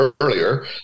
earlier